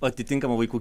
atitinkamą vaikų